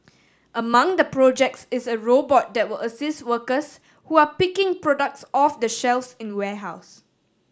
among the projects is a robot that will assist workers who are picking products off the shelves in warehouse